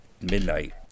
midnight